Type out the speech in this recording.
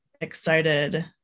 excited